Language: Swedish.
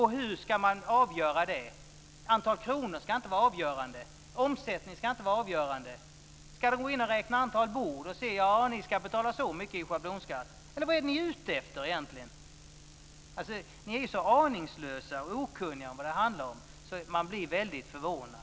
Hur ska man avgöra detta? Antalet kronor ska inte vara avgörande. Omsättning ska inte vara avgörande. Ska man gå in och räkna antalet bord och säga: jaha, ni ska betala så mycket i schablonskatt, eller vad är ni ute efter egentligen? Ni är så aningslösa och okunniga om vad det handlar om att man blir väldigt förvånad.